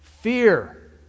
fear